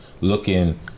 looking